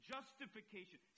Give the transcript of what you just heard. Justification